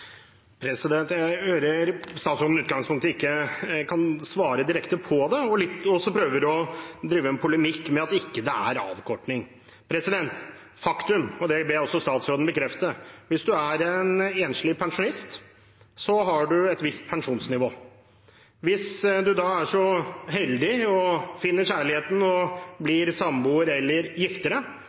Jeg hører statsråden i utgangspunktet ikke kan svare direkte på det og prøver å drive en polemikk med at det ikke er avkorting. Faktum – og det ber jeg også statsråden bekrefte – er at hvis man er en enslig pensjonist, har man et visst pensjonsnivå. Hvis man da er så heldig å finne kjærligheten og blir samboer eller